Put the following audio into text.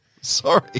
sorry